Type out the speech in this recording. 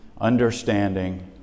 understanding